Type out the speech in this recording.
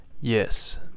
Yes